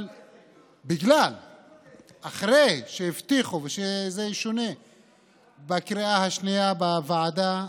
אבל אחרי שהבטיחו שזה ישונה בקריאה השנייה בוועדה,